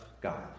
God